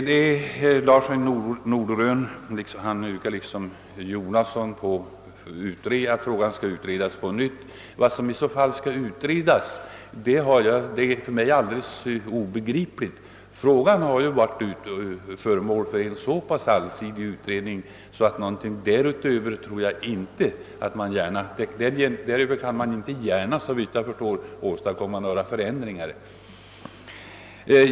Herr Larsson i Norderön yrkar liksom herr Jonasson att frågan skall utredas på nytt. Vad som i så fall skall utredas är för mig alldeles obegripligt. Frågan har ju varit föremål för en så pass allsidig utredning att man nog inte gärna kan åstadkomma någonting därutöver.